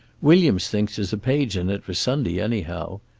williams thinks there's a page in it for sunday, anyhow.